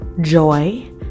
joy